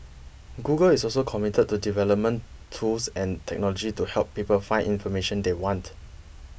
Google is also committed to development tools and technology to help people find information they want